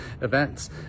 events